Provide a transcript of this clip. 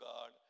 God